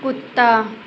कुत्ता